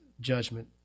judgment